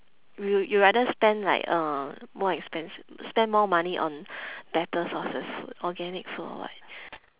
you you'll rather spend like uh more expens~ spend more money on better sources food organic food or what